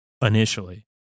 initially